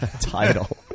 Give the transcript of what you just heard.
Title